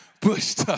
Bush